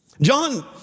John